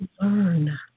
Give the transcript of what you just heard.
learn